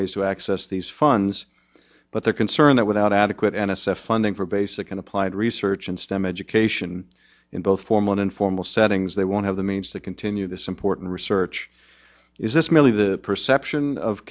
ways to access these funds but they're concerned that without adequate n s f funding for basic and applied research in stem education in both form one in formal settings they won't have the means to continue this important research is this merely the perception of